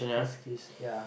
first kiss ya